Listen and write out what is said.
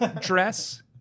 dress